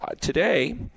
Today